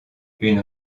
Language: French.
une